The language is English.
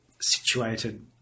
situated